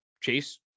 chase